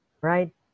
right